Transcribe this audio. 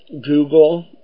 Google